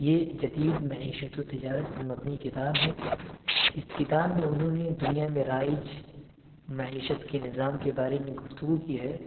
یہ جدید معیشت و تجارت پر مبنی کتاب ہے اس کتاب میں انہوں نے دنیا میں رائج معیشت کے نظام کے بارے میں گفتگو کی ہے